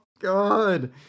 god